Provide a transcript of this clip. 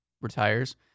retires